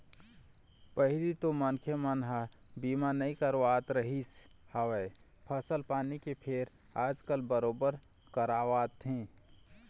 पहिली तो मनखे मन ह बीमा नइ करवात रिहिस हवय फसल पानी के फेर आजकल बरोबर करवाथे